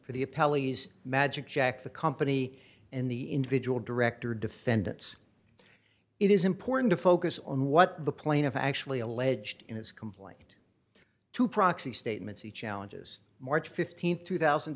pelleas magic jack the company and the individual director defendants it is important to focus on what the plaintiff actually alleged in his complaint to proxy statements he challenges march th two thousand